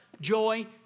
joy